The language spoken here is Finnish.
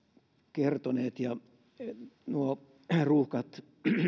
ja nuo ruuhkat